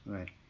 Right